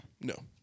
No